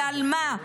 ועל מה?